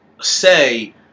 say